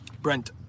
Brent